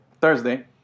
Thursday